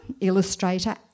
illustrator